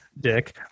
dick